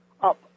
up